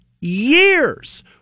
years